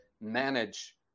manage